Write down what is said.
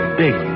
big